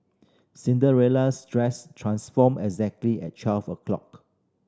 Cinderella's dress transformed exactly at twelve o'clock